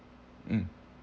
mm